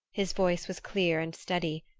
his voice was clear and steady,